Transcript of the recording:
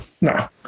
no